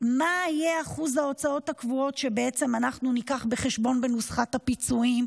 מה יהיה אחוז ההוצאות הקבועות שנביא בחשבון בנוסחת הפיצויים,